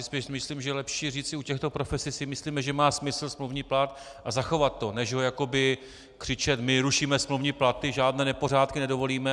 Spíš si myslím, že je lepší říci u těchto profesí, že si myslíme, že má smysl smluvní plat a zachovat to než jakoby křičet: My rušíme smluvní platy, žádné nepořádky nedovolíme!